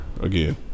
Again